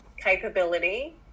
capability